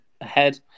ahead